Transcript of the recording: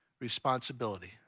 responsibility